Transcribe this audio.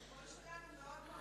הקול שלנו מאוד ברור.